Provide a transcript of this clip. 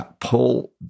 pull